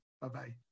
Bye-bye